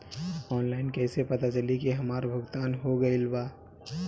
Online कईसे पता चली की हमार भुगतान हो गईल बा?